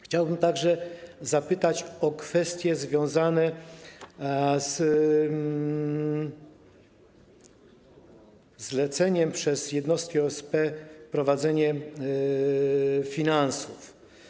Chciałbym także zapytać o kwestie związane ze zlecaniem przez jednostki OSP prowadzenia finansów.